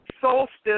solstice